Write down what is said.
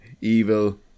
evil